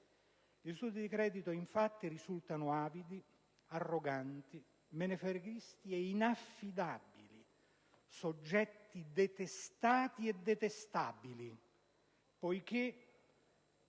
Gli istituti di credito risultano infatti avidi, arroganti, menefreghisti ed inaffidabili, soggetti detestati e detestabili. In